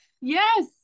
Yes